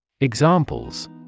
Examples